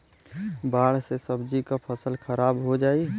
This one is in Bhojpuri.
बाढ़ से सब्जी क फसल खराब हो जाई